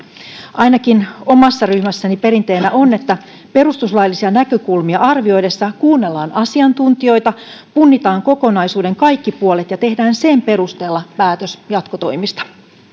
ainakin omassa ryhmässäni perinteenä on että perustuslaillisia näkökulmia arvioitaessa kuunnellaan asiantuntijoita punnitaan kokonaisuuden kaikki puolet ja tehdään sen perusteella päätös jatkotoimista